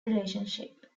relationship